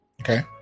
okay